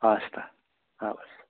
हवस् त हवस्